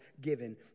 given